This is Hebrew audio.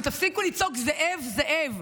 ותפסיקו לצעוק "זאב, זאב".